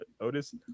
Otis